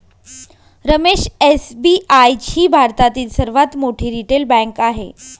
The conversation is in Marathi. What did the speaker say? रमेश एस.बी.आय ही भारतातील सर्वात मोठी रिटेल बँक आहे